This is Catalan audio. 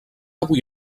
avui